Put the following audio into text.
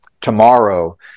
tomorrow